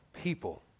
people